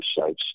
sites